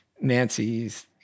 Nancy's